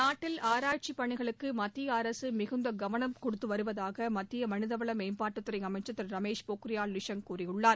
நாட்டில் ஆராய்ச்சி பணிகளுக்கு மத்திய அரசு மிகுந்த முக்கியத்துவம் கொடுத்து வருவதாக மத்திய மனிதவள மேம்பாட்டுத்துறை அமைச்சர் திரு ரமேஷ் போக்ரியால் நிஷாங்க் கூறியுள்ளார்